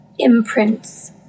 imprints